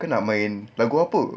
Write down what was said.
kau nak main lagu apa